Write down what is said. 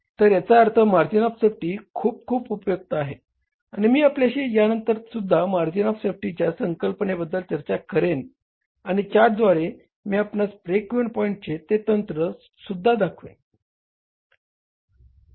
तर याचा अर्थ मार्जिन ऑफ सेफ्टी खूप खूप उपयुक्त आहे आणि मी आपल्याशी यांनतर सुद्धा मार्जिन ऑफ सेफ्टीच्या संकल्पनेबद्दल चर्चा करेन आणि चार्ट द्वारे मी आपणास ब्रेक इव्हन पॉईंटचे ते क्षेत्र सुद्धा दाखवेन